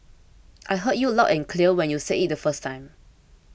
I heard you loud and clear when you said it the first time